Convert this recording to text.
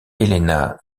elena